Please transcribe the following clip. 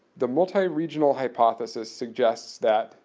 the multi-regional hypothesis suggests that